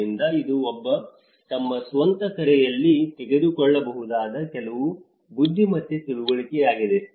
ಆದ್ದರಿಂದ ಇದು ಒಬ್ಬ ತಮ್ಮ ಸ್ವಂತ ಕರೆಯಲ್ಲಿ ತೆಗೆದುಕೊಳ್ಳಬಹುದಾದ ಕೆಲವು ಬುದ್ದಿಮತ್ತೆ ತಿಳುವಳಿಕೆಯಾಗಿದೆ